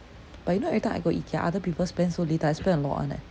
but you know every time I go ikea other people spend so little I spend a lot [one] eh